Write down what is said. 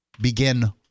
begin